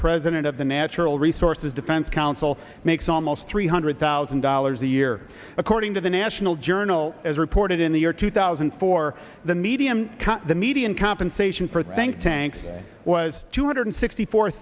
president of the natural resources defense council makes almost three hundred thousand dollars a year according to the national journal as reported in the year two thousand for the medium the median compensation for think tanks was two hundred sixty four